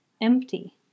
empty